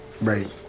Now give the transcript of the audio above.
Right